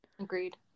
Agreed